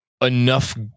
enough